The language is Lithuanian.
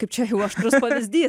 kaip čia jau aštrus pavyzdys